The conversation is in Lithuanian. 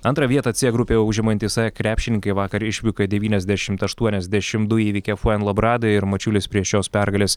antrą vietą c grupėje užimantys e krepšininkai vakar išvykoj devyniasdešimt aštuoniasdešim du įveikė fuen lobradą ir mačiulis prie šios pergalės